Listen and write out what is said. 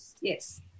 Yes